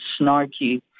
snarky